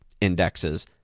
indexes